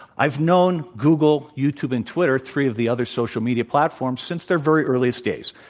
i've known google, youtube, and twitter three of the other social media platforms, since their very earliest days.